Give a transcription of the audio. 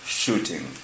shooting